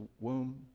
womb